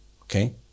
Okay